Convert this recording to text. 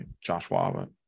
Joshua